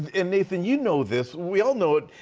and nathan you know this, we all know it.